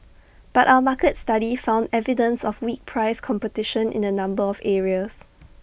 but our market study found evidence of weak price competition in A number of areas